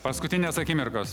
paskutinės akimirkos